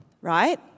right